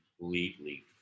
completely